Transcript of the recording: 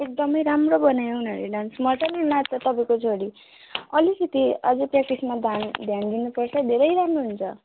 एकदमै राम्रो बनायो उनीहरूले डान्स मज्जाले नाच्छ तपाईँको छोरी अलिकति अझै प्र्याक्टिसमा धान ध्यान दिनुपर्छ धेरै राम्रो हुन्छ